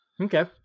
Okay